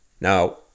now